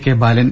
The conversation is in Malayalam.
കെ ബാലൻ